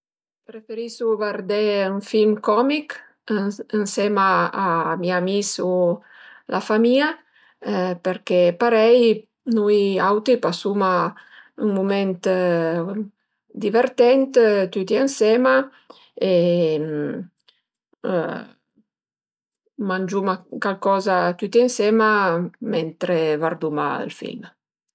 Preferisu vardé ën film comich ënsema a mi amis o la famìa perché parei nui auti pasuma ün mument divertent tüti ënsema e mangiuma calcoza tüti ënsema mentre varduma ël film